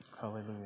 Hallelujah